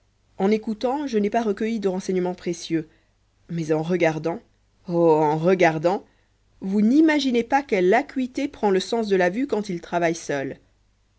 en écoutant je n'ai pas recueilli de renseignements précieux mais en regardant oh en regardant vous n'imaginez pas quelle acuité prend le sens de la vue quand il travaille seul